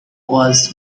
was